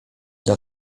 dla